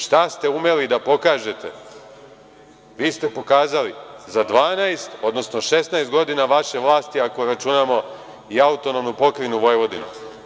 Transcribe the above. Šta ste umeli da pokažete vi ste pokazali za 12, odnosno 16 godina vaše vlasti, ako računamo i AP Vojvodinu.